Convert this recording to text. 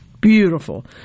beautiful